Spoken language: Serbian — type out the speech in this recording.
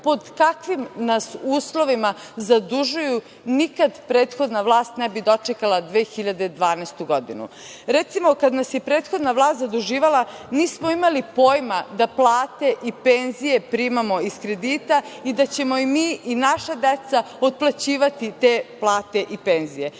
pod kakvim nas uslovima zadužuju, nikad prethodna vlast ne bi dočekala 2012. godinu. Recimo, kada nas je prethodna vlast zaduživala, nismo imali pojma da plate i penzije primamo iz kredita i da ćemo i mi i naša deca otplaćivati te plate i penzije.